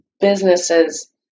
businesses